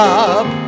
up